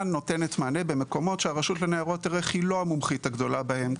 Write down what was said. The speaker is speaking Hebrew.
נותנת מענה במקומות שהרשות לניירות ערך היא לא המומחית הגדולה בהם.